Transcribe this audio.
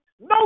No